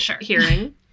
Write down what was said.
hearing